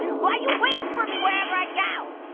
why you waiting for me wherever i go?